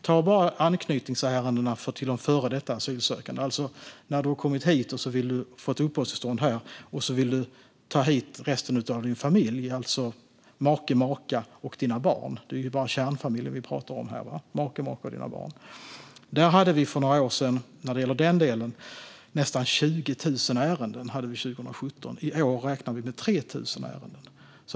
Ta bara anknytningsärendena gällande de före detta asylsökande, det vill säga när du har kommit hit och fått uppehållstillstånd här och vill ta hit resten av din familj, alltså make/maka och dina barn; det är bara kärnfamiljen vi pratar om här. Där hade vi för några år sedan, 2017, nästan 20 000 ärenden. I år räknar vi med 3 000 ärenden.